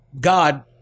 God